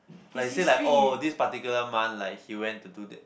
like say like oh this particular month like he went to do that